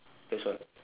that's all